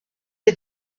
est